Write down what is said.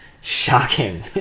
Shocking